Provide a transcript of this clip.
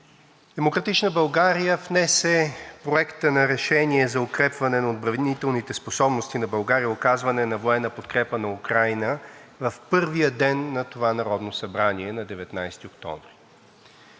„Демократична България“ внесе Проекта на решение за укрепване на отбранителните способности на България, оказване на военна подкрепа на Украйна в първия ден на това Народно събрание на 19 октомври